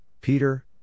Peter